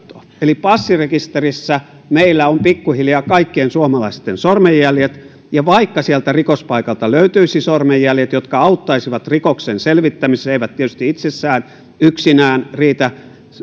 eli passirekisterissä meillä on pikkuhiljaa kaikkien suomalaisten sormenjäljet ja vaikka sieltä rikospaikalta löytyisi sormenjäljet jotka auttaisivat rikoksen selvittämisessä eivät tietysti itsessään yksinään riitä